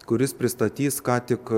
kuris pristatys ką tik